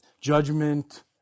judgment